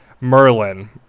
Merlin